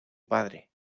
padre